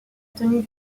tenue